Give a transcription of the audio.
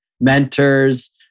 mentors